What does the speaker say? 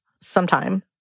sometime